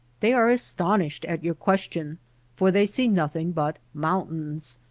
they are astonished at yonr question for they see nothing but moun tains.